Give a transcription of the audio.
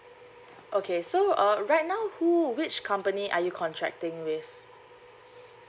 okay so uh right now who which company are you contracting with